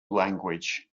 language